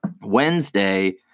Wednesday